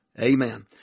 Amen